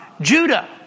Judah